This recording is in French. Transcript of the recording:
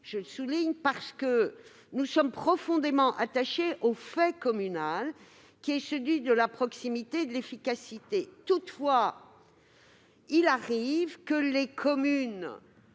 a largement participé. Nous sommes profondément attachés au fait communal, qui est celui de la proximité et de l'efficacité. Toutefois, il arrive que les communes